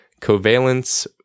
Covalence